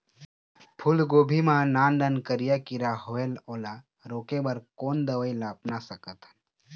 फूलगोभी मा नान नान करिया किरा होयेल ओला रोके बर कोन दवई ला अपना सकथन?